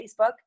Facebook